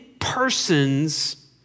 persons